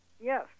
Yes